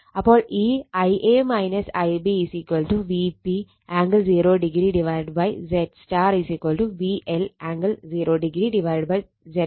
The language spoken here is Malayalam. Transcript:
അപ്പോൾ ഈ Ia Ib Vp angle 0° ZY VLആംഗിൾ 0° ZY